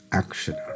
action